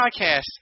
podcast